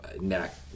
neck